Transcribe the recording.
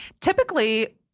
Typically